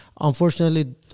unfortunately